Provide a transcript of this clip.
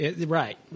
right